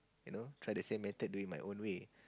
you know try the same method do it my own way